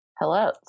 Hello